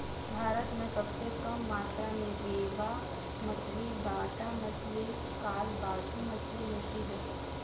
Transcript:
भारत में सबसे कम मात्रा में रेबा मछली, बाटा मछली, कालबासु मछली मिलती है